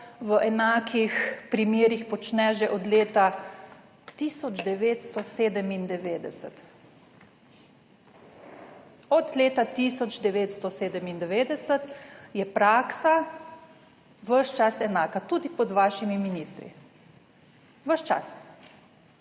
v enakih primerih počne že od leta 1997. Od leta 1997 je praksa ves čas enaka, tudi pod vašimi ministri, ves